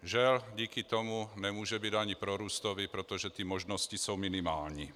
Žel, díky tomu nemůže být ani prorůstový, protože možnosti jsou minimální.